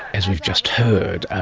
as we've just heard,